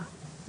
לא.